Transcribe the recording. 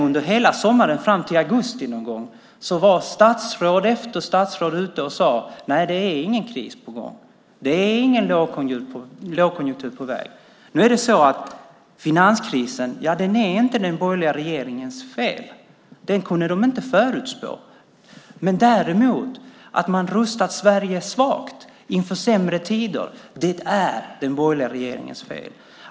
Under hela sommaren och fram till någon gång i augusti var statsråd efter statsråd ute och sade: Nej, det är ingen kris på gång, det är ingen lågkonjunktur på väg. Finanskrisen är inte den borgerliga regeringens fel. Den kunde ni inte förutse, Maud Olofsson. Men att ni rustat Sverige till att bli svagt inför sämre tider är den borgerliga regeringens fel.